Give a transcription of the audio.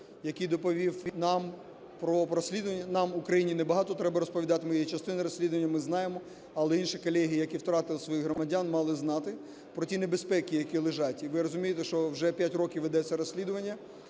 який доповів нам про розслідування. Нам, Україні, не багато треба розповідати, ми є частиною розслідування, ми знаємо, але інші колеги, які втратили своїх громадян, мали знати про ті небезпеки, які лежать. І ви розумієте, що вже 5 років ведеться розслідування.